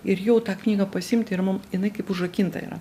ir jau tą knygą pasiimt ir mum jinai kaip užrakinta yra